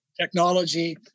technology